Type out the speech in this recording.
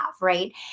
right